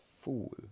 fool